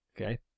Okay